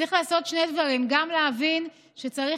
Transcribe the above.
צריך לעשות שני דברים: גם להבין שצריך